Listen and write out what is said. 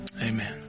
Amen